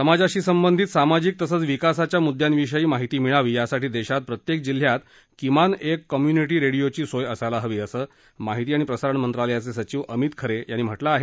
समाजाशी संबंधित सामाजिक तसंच विकासाच्या मुद्यांविषयी माहिती मिळावी यासाठी देशात प्रत्येक जिल्ह्यात किमान एक कम्युनिटी रेडिओची सोय असायला हवी असं माहिती आणि प्रसारण मंत्रालयाचे सचिव अमित खरे यांनी म्हटलं आहे